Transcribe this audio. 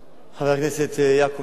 חבר הכנסת יעקב אדרי,